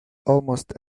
almost